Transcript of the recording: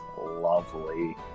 lovely